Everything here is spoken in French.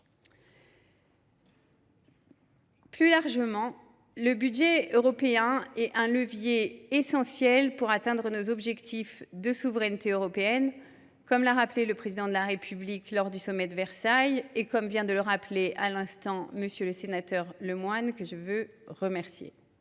Plus largement, le budget européen est un levier essentiel pour atteindre nos objectifs de souveraineté européenne, comme l’a rappelé le Président de la République lors du sommet de Versailles, et comme vient aussi de le faire M. le sénateur Lemoyne, que je veux remercier.